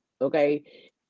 okay